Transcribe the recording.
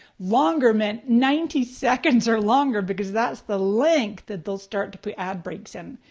longer meant ninety seconds or longer because that's the length that they'll start to put ad breaks in.